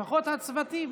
דוד ביטן,